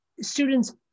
students